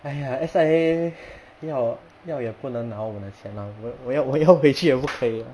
!aiya! S_I_A 要要也不能拿我的钱啦我我我要回去也不可以啊